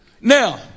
Now